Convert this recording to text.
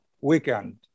weekend